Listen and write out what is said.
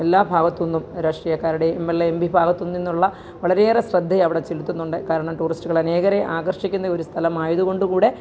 എല്ലാ ഭാഗത്തു നിന്നും രാഷ്ട്രീയക്കാരുടെ M L A M P ഭാഗത്തും നിന്നുള്ള വളരെയേറെ ശ്രദ്ധ അവിടെ ചെലുത്തുന്നുണ്ട് കാരണം ടൂറിസ്റ്റുകള് അനേകർ ആകര്ഷിക്കുന്ന ഒരു സ്ഥലം ആയതു കൊണ്ടു കൂടി